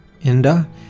Inda